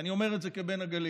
ואני אומר את זה כבן הגליל,